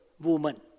woman